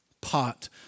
pot